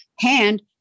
hand